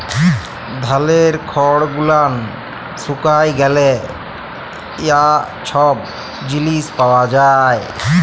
ধালের খড় গুলান শুকায় গ্যালে যা ছব জিলিস পাওয়া যায়